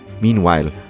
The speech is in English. Meanwhile